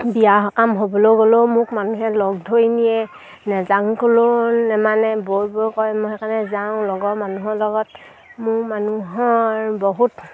বিয়া সকাম হ'বলৈ গ'লেও মোক মানুহে লগ ধৰি নিয়ে নেযাং ক'লেও নেমানে কয় মই সেইকাৰণে যাওঁ লগৰ মানুহৰ লগত মোৰ মানুহৰ বহুত